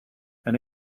and